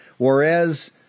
Whereas